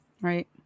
Right